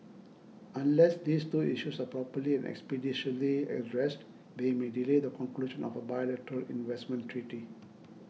unless these two issues are properly and expeditiously addressed they may delay the conclusion of a bilateral investment treaty